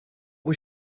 was